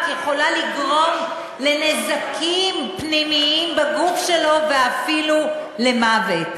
יכולה לגרום לנזקים פנימיים בגוף שלו ואפילו למוות.